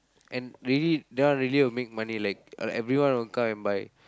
and really that one will really make money like uh everyone will come and buy